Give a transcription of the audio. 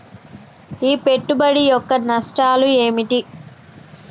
ఈ పెట్టుబడి యొక్క నష్టాలు ఏమిటి?